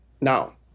Now